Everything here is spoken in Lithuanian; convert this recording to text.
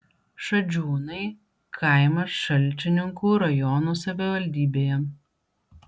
šadžiūnai kaimas šalčininkų rajono savivaldybėje